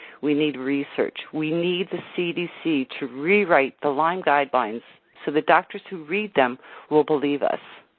we need research. we need the cdc to rewrite the lyme guidelines, so the doctors who read them will believe us.